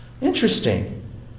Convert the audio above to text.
Interesting